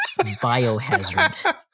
Biohazard